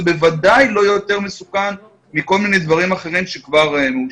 זה בוודאי לא יהיה יותר מסוכן מכל מיני דברים אחרים שכבר מאושרים.